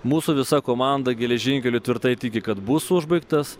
mūsų visa komanda geležinkelių tvirtai tiki kad bus užbaigtas